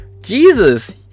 Jesus